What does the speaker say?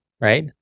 right